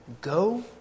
go